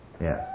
Yes